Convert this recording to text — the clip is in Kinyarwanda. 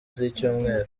z’icyumweru